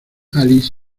alice